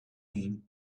mean